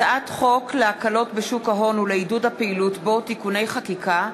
הצעת חוק להקלות בשוק ההון ולעידוד הפעילות בו (תיקוני חקיקה),